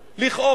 לכאורה,